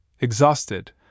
exhausted